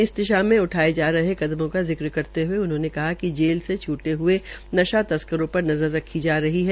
इस दिशा में उठाये जा रहे कदमों का जिक्र करते हये उन्होंने कहा कि जेल से छूटे नशा तस्करों पर नज़र रखी जा रही है